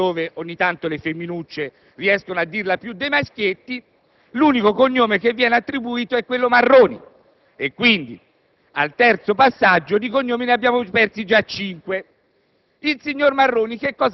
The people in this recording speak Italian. siccome questo è un mondo in cui ogni tanto le femminucce riescono a dirla più dei maschietti, l'unico cognome che viene attribuito è Marroni e quindi al terzo passaggio di cognomi ne abbiamo persi già cinque.